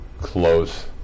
close